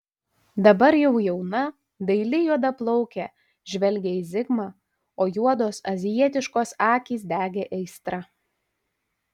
dabar jau jauna daili juodaplaukė žvelgė į zigmą o juodos azijietiškos akys degė aistra